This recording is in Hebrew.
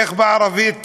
איך בערבית אומרים?